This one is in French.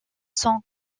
son